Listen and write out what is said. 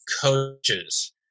coaches